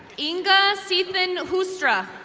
inga seethenhoostra.